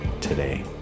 today